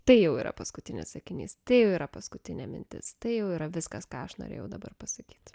tai jau yra paskutinis sakinys tai jau yra paskutinė mintis tai jau yra viskas ką aš norėjau dabar pasakyt